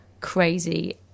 crazy